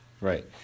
right